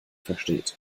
versteht